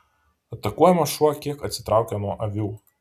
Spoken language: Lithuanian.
atakuojamas šuo kiek atsitraukė nuo avių